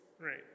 Right